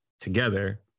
together